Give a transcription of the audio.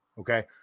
Okay